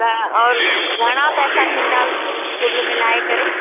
त और घणा पैसा थींदा कुल मिलाइ करे